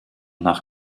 nach